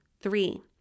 Three